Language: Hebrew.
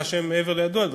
מעבר לידוע,